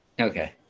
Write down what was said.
Okay